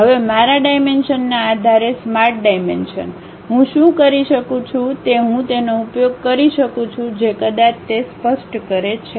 હવે મારા ડાઇમેંશનના આધારે સ્માર્ટ ડાયમેન્શન હું શું કરી શકું છું તે હું તેનો ઉપયોગ કરી શકું છું જે કદાચ તે સ્પષ્ટ કરે છે